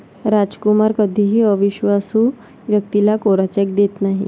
रामकुमार कधीही अविश्वासू व्यक्तीला कोरा चेक देत नाही